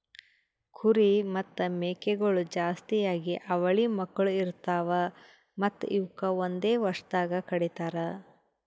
ಕುರಿ ಮತ್ತ್ ಮೇಕೆಗೊಳ್ ಜಾಸ್ತಿಯಾಗಿ ಅವಳಿ ಮಕ್ಕುಳ್ ಇರ್ತಾವ್ ಮತ್ತ್ ಇವುಕ್ ಒಂದೆ ವರ್ಷದಾಗ್ ಕಡಿತಾರ್